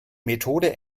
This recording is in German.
methode